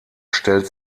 stellt